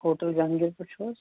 hotel Jahangir پٮ۪ٹھ چھُو حظ